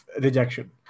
rejection